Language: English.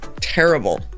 Terrible